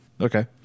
Okay